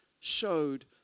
showed